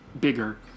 bigger